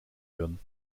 würden